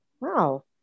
wow